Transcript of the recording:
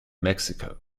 mexico